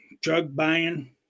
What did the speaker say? drug-buying